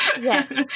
yes